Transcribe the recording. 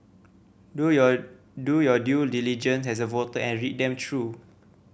do your do your due diligence as a voter and read them through